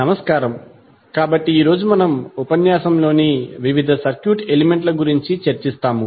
నమస్కారం కాబట్టి ఈ రోజు మనం ఈ ఉపన్యాసంలోని వివిధ సర్క్యూట్ ఎలిమెంట్ ల గురించి చర్చిస్తాము